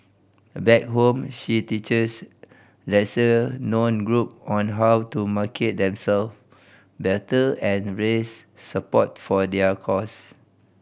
back home she teaches lesser known group on how to market themselves better and raise support for their cause